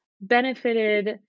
benefited